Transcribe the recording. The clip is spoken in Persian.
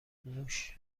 موش